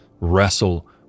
wrestle